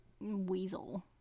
Weasel